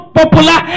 popular